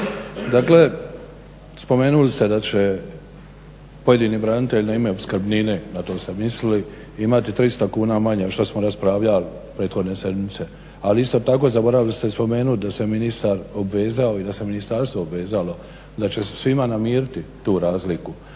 dakle spomenuli ste da će pojedini branitelji na ime opskrbnine na to sam mislili imati 300 kuna manje šta smo raspravljali prethodne sedmice ali isto tako zaboravili ste spomenut da se ministar obvezao i da se Ministarstvo obvezalo da će svima namiriti tu razliku.